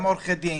גם עורכי דין,